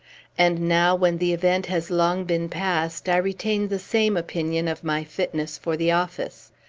and now when the event has long been past, i retain the same opinion of my fitness for the office.